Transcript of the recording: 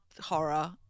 horror